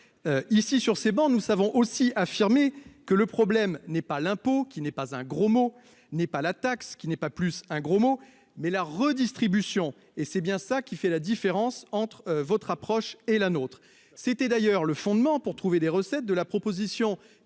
Ici, sur ces bancs, nous savons aussi affirmé que le problème n'est pas l'impôt qui n'est pas un gros mot n'est pas la taxe qui n'est pas plus un gros mot, mais la redistribution et c'est bien ça qui fait la différence entre votre approche et la nôtre. C'était d'ailleurs le fondement pour trouver des recettes de la proposition